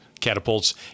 catapults